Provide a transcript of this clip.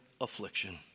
affliction